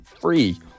free